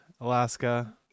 Alaska